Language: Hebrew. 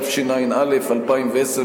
התשע"א 2010,